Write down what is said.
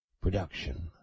production